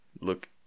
look